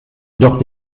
doch